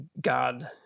God